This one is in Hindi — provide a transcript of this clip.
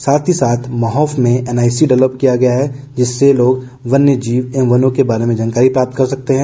साथ ही साथ महोफ में एनआईसी डवलप किया गया है जिससे लोग वन्य जीव एवं वनों के बारे में जानकारी प्राप्त कर सकते हैं